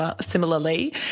similarly